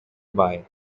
buy